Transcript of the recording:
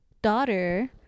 daughter